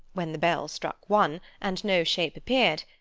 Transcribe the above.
when the bell struck one, and no shape appeared,